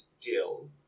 dill